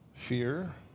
fear